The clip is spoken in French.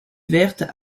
verte